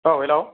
औ हेलौ